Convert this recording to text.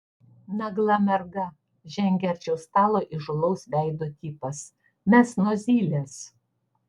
nagla merga žengė arčiau stalo įžūlaus veido tipas mes nuo zylės